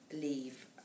leave